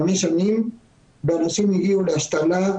חמש שנים ואנשים הגיעו להשתלה,